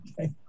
okay